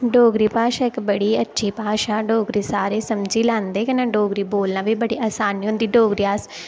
डोगरी भाशा इक बड़ी अच्छी भाशा डोगरी सारे समझी लैंदे कन्नै डोगरी बोलना बी बड़ी आसानी होंदी डोगरी अस